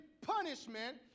punishment